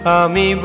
ami